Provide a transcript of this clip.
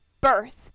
birth